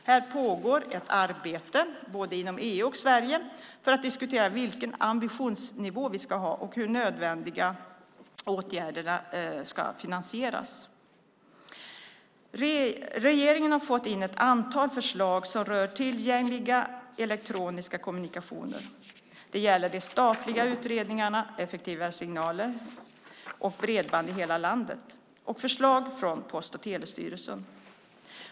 Här pågår ett arbete både inom EU och i Sverige för att diskutera vilken ambitionsnivå vi ska ha och hur nödvändiga åtgärder ska finansieras. Regeringen har fått in ett antal förslag som rör tillgängliga elektroniska kommunikationer. Det gäller de statliga utredningarna Effektivare signaler och Bredband i hela landet och förslag från Post och telestyrelsen.